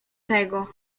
tego